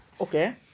Okay